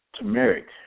Turmeric